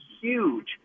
huge